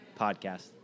podcast